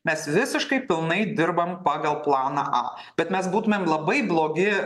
mes visiškai pilnai dirbam pagal planą bet mes būtumėm labai blogi